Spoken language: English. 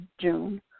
June